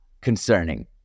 concerning